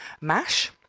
mash